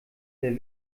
der